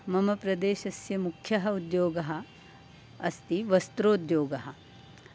मम प्रदेशस्य मुख्यः उद्योगः अस्ति वस्त्रोद्योगः